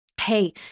Hey